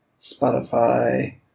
Spotify